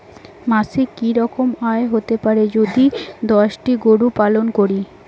মাসিক কি রকম আয় হতে পারে যদি দশটি গরু পালন করি?